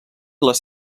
les